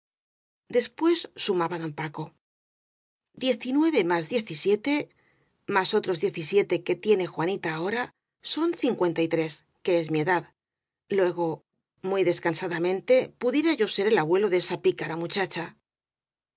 después sumaba don paco diecinueve más diecisiete más otros diecisie te que tiene juanita ahora son cincuenta y tres que es mi edad luego muy descansadamente pu diera yo ser el abuelo de esa picara muchacha